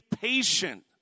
patient